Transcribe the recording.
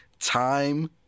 time